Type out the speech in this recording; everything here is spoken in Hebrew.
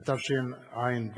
התשע"ב-2011,